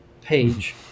page